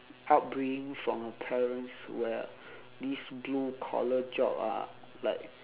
upbringing from a parents where these blue collar job are like